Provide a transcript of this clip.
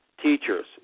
teachers